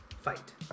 fight